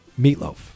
meatloaf